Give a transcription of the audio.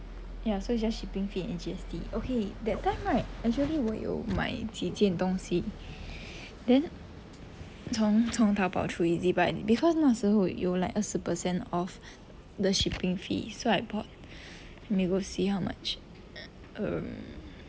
ya so it's just shipping fee and G_S_T okay that time right actually 我有买几件东西 then then 从 Taobao through Ezbuy because 那时侯有 like 二十 percent off the shipping fee so I bought let me go see how much um